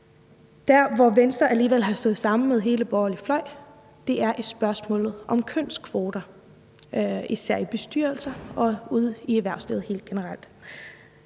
Der, hvor Venstre alligevel har stået sammen med hele den borgerlige fløj, er i spørgsmålet om kønskvoter, især i bestyrelser og ude i erhvervslivet helt generelt.